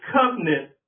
covenant